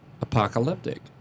apocalyptic